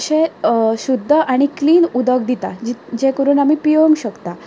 अशें शुद्ध आनी क्लिन उदक दिता जी जें करून आमी पियोंक शकता